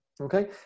Okay